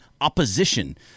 opposition